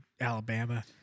Alabama